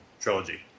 trilogy